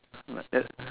like that